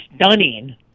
stunning